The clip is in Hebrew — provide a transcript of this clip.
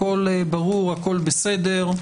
הכול ברור, הכול בסדר,